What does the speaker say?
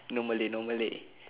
no malay no malay